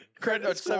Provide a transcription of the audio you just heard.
Credit